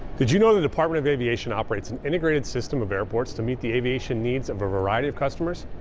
did you know the department of aviation operates an integrated system of airports to meet the aviation needs of a variety of customers?